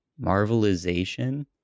marvelization